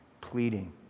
pleading